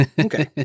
Okay